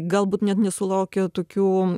galbūt net nesulaukia tokių